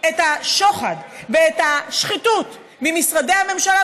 את השוחד ואת השחיתות ממשרדי הממשלה,